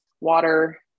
water